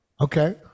Okay